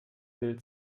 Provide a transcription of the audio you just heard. bild